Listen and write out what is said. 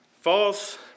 False